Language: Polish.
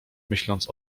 myśląc